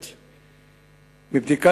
שיידרש.